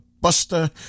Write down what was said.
buster